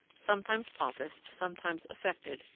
sometimes pompous, sometimes affected,